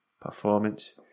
performance